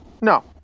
No